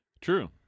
True